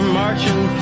marching